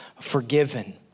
forgiven